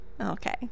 Okay